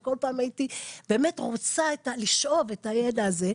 וכל פעם הייתי באמת רוצה לשאוב את הידע הזה.